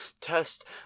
test